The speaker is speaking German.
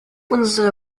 unsere